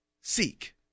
seek